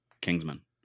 Kingsman